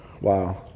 Wow